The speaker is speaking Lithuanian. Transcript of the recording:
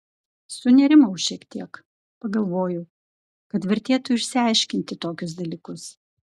sunerimau šiek tiek pagalvojau kad vertėtų išsiaiškinti tokius dalykus